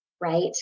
Right